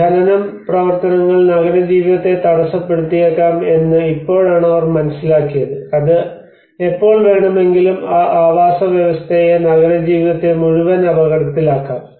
ഖനനം പ്രവർത്തനങ്ങൾ നഗരജീവിതത്തെ തടസ്സപ്പെടുത്തിയേക്കാം എന്ന് ഇപ്പോഴാണ് അവർ മനസ്സിലാക്കിയത് അത് എപ്പോൾ വേണമെങ്കിലും ആ ആവാസവ്യവസ്ഥയെ നഗരജീവിതത്തെ മുഴുവൻ അപകടത്തിലാക്കാം